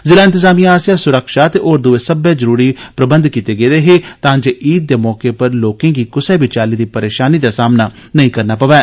जिला इंतजामियां आस्सेआ सुरक्षा ते होर दूये सब्बै जरूरी प्रबंध कीते गेदे हे तां जे ईद दे मौके उप्पर लाकेंगी कुसै बी चाल्ली दी परेशानी दा सामना नेंई करना पवै